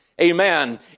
Amen